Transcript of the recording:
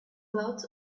clouds